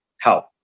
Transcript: help